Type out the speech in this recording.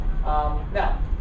Now